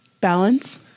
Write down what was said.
Balance